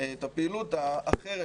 ואת הפעילות האחרת,